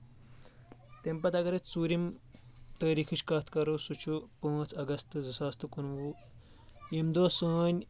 تمہِ پتہٕ اگر أسۍ ژوٗرِم تٲریٖخٕچ کتھ کرو سُہ چھُ پانٛژھ اگستہٕ زٕ ساس تہٕ کُنوُہ ییٚمہِ دۄہ سٲنۍ